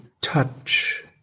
touch